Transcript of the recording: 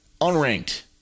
unranked